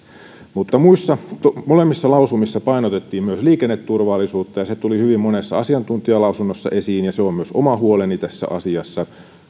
menevät molemmissa lausumissa painotettiin myös liikenneturvallisuutta ja se tuli hyvin monessa asiantuntijalausunnossa esiin ja se on myös oma huoleni tässä asiassa